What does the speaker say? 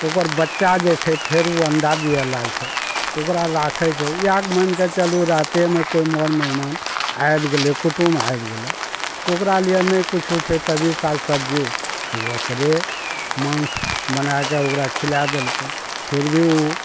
ओकर बच्चा जे छै फेर ओ अण्डा दिए लागै छै ओकरा राखै छै या मानिके चलू रातेमे कोइ मर मेहमान आबि गेलै कुटुम आबि गेलै तऽ ओकरा लिए नहि किछो छै तभी साग सब्जी तऽ ओकरे माँस बनाकऽ ओकरा खिला देलकै फिर भी ओ